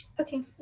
Okay